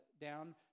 down